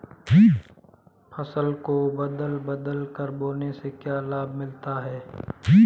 फसल को बदल बदल कर बोने से क्या लाभ मिलता है?